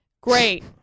Great